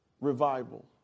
revival